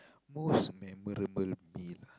most memorable me lah